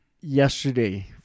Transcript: Yesterday